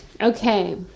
Okay